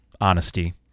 honesty